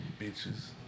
Bitches